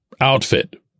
outfit